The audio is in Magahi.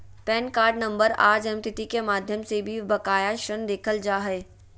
पैन कार्ड नम्बर आर जन्मतिथि के माध्यम से भी बकाया ऋण देखल जा हय